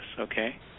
okay